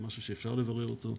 משהו שאפשר לברר אותו.